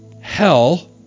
hell